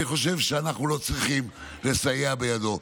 אני חושב שאנחנו לא צריכים לסייע בדרכו.